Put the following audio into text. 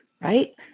right